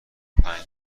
پنج